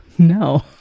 No